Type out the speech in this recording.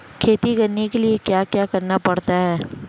खेती करने के लिए क्या क्या करना पड़ता है?